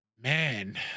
Man